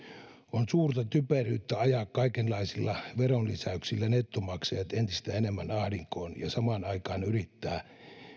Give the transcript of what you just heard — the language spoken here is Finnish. on suurta typeryyttä ajaa kaikenlaisilla veronlisäyksillä nettomaksajat entistä enemmän ahdinkoon ja samaan aikaan yrittää